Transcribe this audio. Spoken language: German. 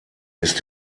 ist